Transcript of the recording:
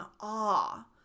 awe